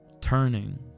Turning